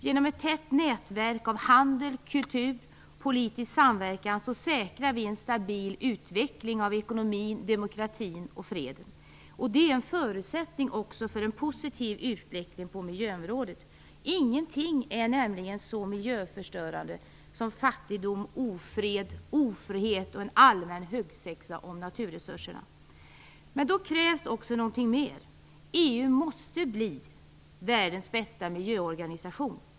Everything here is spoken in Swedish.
Genom ett tätt nätverk av handel, kultur och politisk samverkan säkrar vi en stabil utveckling av ekonomin, demokratin och freden. Det är en förutsättning för en positiv utveckling också på miljöområdet. Ingenting är nämligen så miljöförstörande som fattigdom, ofred, ofrihet och en allmän huggsexa om naturresurserna. Men då krävs det också något mer. EU måste bli världens bästa miljöorganisation.